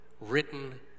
written